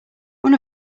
one